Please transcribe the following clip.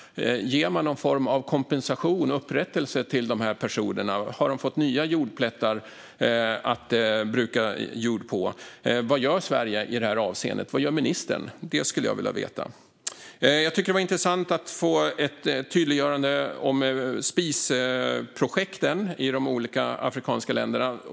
Ger man någon form av kompensation och upprättelse till de här personerna? Har de fått nya jordplättar att bruka? Vad gör Sverige i detta avseende? Vad gör ministern? Det skulle jag vilja veta. Jag tycker att det var intressant att få ett tydliggörande om spisprojekten i de olika afrikanska länderna.